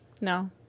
No